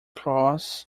cross